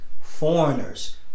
foreigners